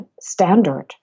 standard